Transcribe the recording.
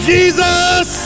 Jesus